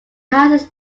houses